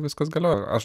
viskas galioja aš